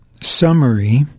summary